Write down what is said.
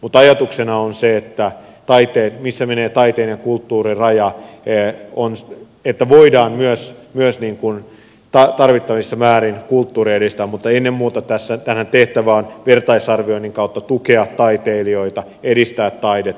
mutta ajatuksena on se että siellä missä menee taiteen ja kulttuurin raja voidaan myös tarvittavissa määrin kulttuuria edistää mutta ennen muuta tässä tehtävä on vertaisarvioinnin kautta tukea taiteilijoita edistää taidetta